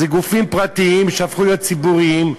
אלה גופים פרטיים שהפכו להיות ציבוריים,